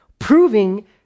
proving